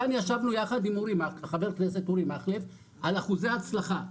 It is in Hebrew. כאן ישבנו ביחד עם חבר הכנסת אורי מקלב על אחוזי הצלחה,